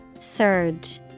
Surge